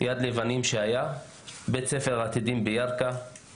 יד לבנים שהיה, בית ספר עתידים בירכא,